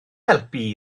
helpu